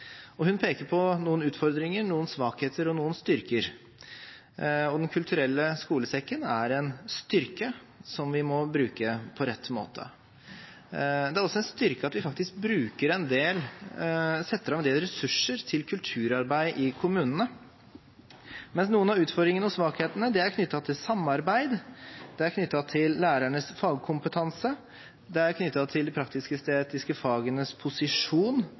Hun peker på noen utfordringer, noen svakheter og noen styrker, og Den kulturelle skolesekken er en styrke som vi må bruke på rett måte. Det er også en styrke at vi faktisk setter av en del ressurser til kulturarbeid i kommunene, mens noen av utfordringene og svakhetene er knyttet til samarbeid, de er knyttet til lærernes fagkompetanse, de er knyttet til de praktisk-estetiske fagenes posisjon